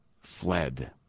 fled